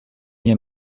nie